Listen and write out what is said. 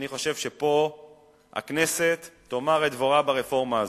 אני חושב שפה הכנסת תאמר את דברה ברפורמה הזו.